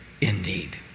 indeed